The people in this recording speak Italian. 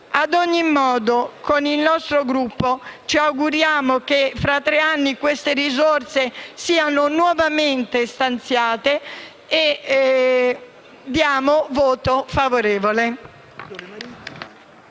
Ad ogni modo, con il nostro Gruppo ci auguriamo che fra tre anni le risorse siano nuovamente stanziate ed esprimiamo voto favorevole.